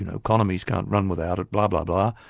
you know economies can't run with out it, blah-blah-blah',